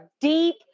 deep